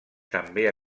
també